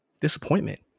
disappointment